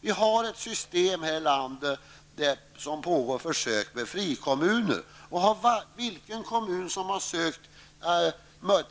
Det pågår ute i landet försök med frikommuner. De kommuner som har sökt